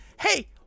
hey